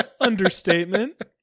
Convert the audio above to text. Understatement